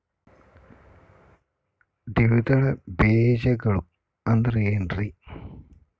ದ್ವಿದಳ ಬೇಜಗಳು ಅಂದರೇನ್ರಿ?